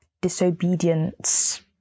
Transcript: disobedience